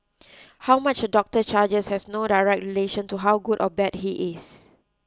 how much a doctor charges has no direct relation to how good or bad he is